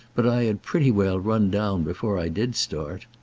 but i had pretty well run down before i did start.